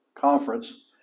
conference